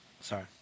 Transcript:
Sorry